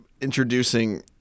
introducing